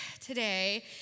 today